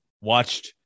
watched